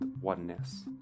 oneness